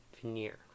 veneer